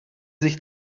sich